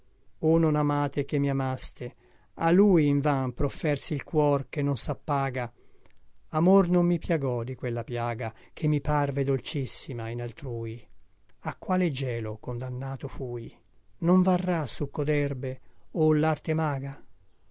o non amate che mi amaste a lui invan proffersi il cuor che non sappaga amor non mi piagò di quella piaga che mi parve dolcissima in altrui a quale gelo condannato fui non varrà succo derbe o larte maga